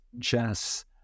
chess